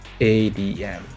ADM